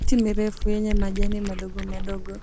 Miti mirefu yenye majani madogo madogo,